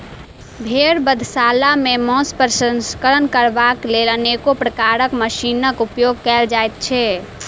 भेंड़ बधशाला मे मौंस प्रसंस्करण करबाक लेल अनेको प्रकारक मशीनक उपयोग कयल जाइत छै